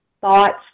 thoughts